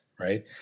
right